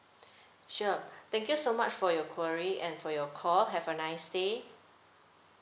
sure thank you so much for your query and for your call have a nice day